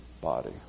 body